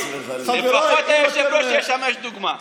לפחות היושב-ראש ישמש דוגמה.